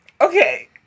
Okay